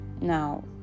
Now